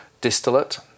distillate